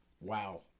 wow